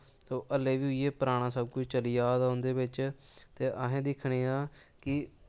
हल्ले बी होइयो पराना सब कुश चली जा दा उं'दे बिच्च ते अहें दिक्खने आं कि